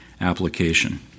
application